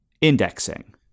indexing